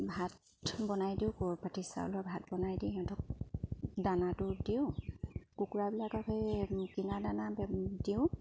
ভাত বনাই দিওঁ গৰু পাতি চাউলৰ ভাত বনাই দি সিহঁতক দানাটো দিওঁ কুকুৰাবিলাকক সেই কিনা দানা দিওঁ